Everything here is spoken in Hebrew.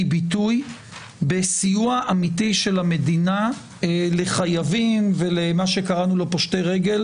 ביטוי בסיוע אמיתי של המדינה לחייבים ולמי שקראנו פושטי רגל,